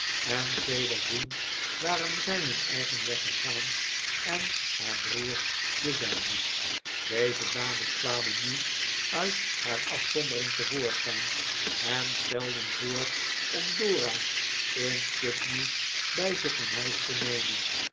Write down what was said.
en sedertdien waren zij hun eigen weg gegaan en haar broer den zijnen deze dames kwamen nu uit haar afzondering te voorschijn en stelden voor om dora in putney bij zich in huis te nemen